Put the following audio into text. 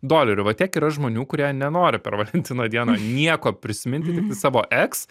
dolerių va tiek yra žmonių kurie nenori per valentino dieną nieko prisiminti tiktai savo eks